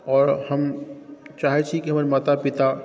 आओर हम चाहै छी की हमर माता पिता